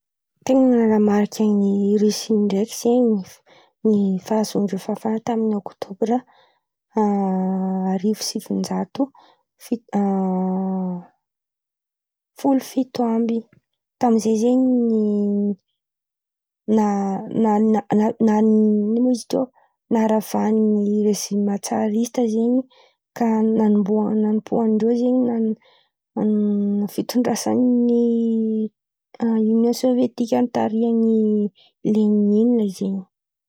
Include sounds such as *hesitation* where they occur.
Raha nitranga ta Rosy tao ndreky *hesitation* zen̈y. Irô Rosy zen̈y nisy nisy môman zen̈y nisy revôlison risy zay nianarana ta lekôky. Ia, azoko honon̈o ndreky areky zen̈y, fa ny azoko honon̈o koa nisy *hesitation* lagera zen̈y tao avoa zay rô nandresy *hesitation* tamin’ny gera maventy tavaratra zen̈y zen̈y.